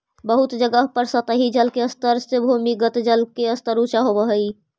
बहुत जगह पर सतही जल के स्तर से भूमिगत जल के स्तर ऊँचा होवऽ हई